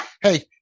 Hey